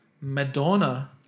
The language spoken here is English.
madonna